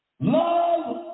Love